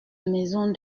maison